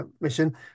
mission